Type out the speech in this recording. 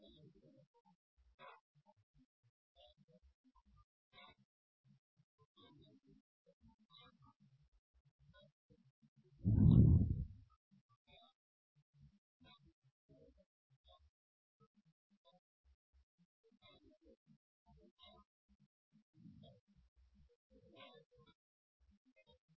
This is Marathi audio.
कोड कसा आहे ते पाहू